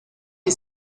est